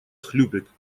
хлюпик